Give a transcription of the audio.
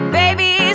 baby